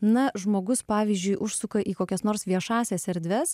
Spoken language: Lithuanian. na žmogus pavyzdžiui užsuka į kokias nors viešąsias erdves